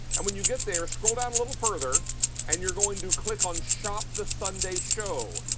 and when you get there, scroll down a little further and you're going to click on shop the sunday show.